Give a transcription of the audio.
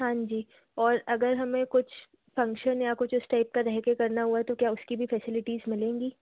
हाँ जी और अगर हमें कुछ फंक्शन या कुछ इस टाइप का रह कर करना होगा तो क्या उसकी भी फैसिलिटीस मिलेंगी